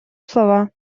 слова